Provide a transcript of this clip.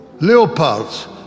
Leopards